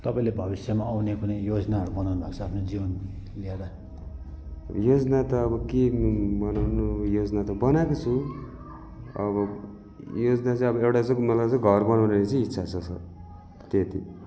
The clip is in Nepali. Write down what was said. तपाईँले भविष्यमा आउने कुनै योजनाहरू बनाउनु भएको छ आफ्नो जीवन लिएर योजना त अब के बनाउनु योजना त बनाएको छु अब योजना चाहिँ अब एउटा चाहिँ मलाई चाहिँ घर बनौउँने चाहिँ इच्छा छ सर त्यति